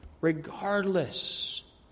regardless